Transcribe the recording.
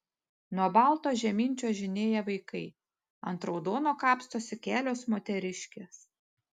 nuo balto žemyn čiuožinėja vaikai ant raudono kapstosi kelios moteriškės